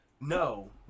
No